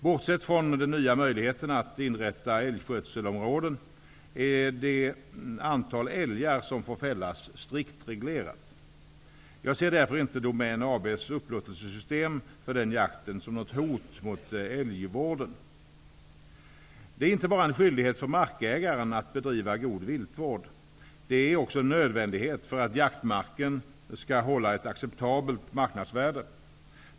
Bortsett från den nya möjligheten att inrätta älgskötselområden är det antal älgar som får fällas strikt reglerat. Jag ser därför inte Domän AB:s upplåtelsesystem för den jakten som något hot mot älgvården. Det är inte bara en skyldighet för markägaren att bedriva god viltvård, utan det är också en nödvändighet för att jaktmarken skall hålla ett acceptabelt marknadsvärde.